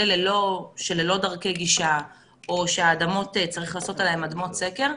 אלה שללא דרכי גישה או שהאדמות שצריך לעשות עליהן אדמות סקר,